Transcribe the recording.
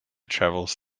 travels